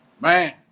Man